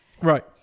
Right